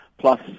plus